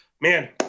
man